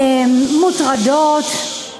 מוטרדות.